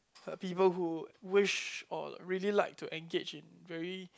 uh people who wish or really like to engage in very